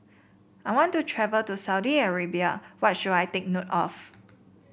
I want to travel to Saudi Arabia what should I take a note of